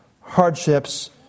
hardships